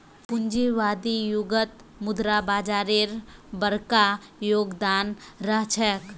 पूंजीवादी युगत मुद्रा बाजारेर बरका योगदान रह छेक